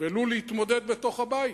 ולו להתמודד בתוך הבית.